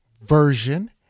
version